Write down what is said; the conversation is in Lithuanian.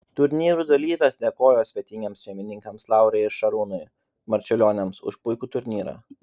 turnyrų dalyvės dėkojo svetingiems šeimininkams laurai ir šarūnui marčiulioniams už puikų turnyrą